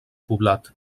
poblat